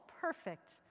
perfect